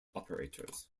operators